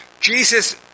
Jesus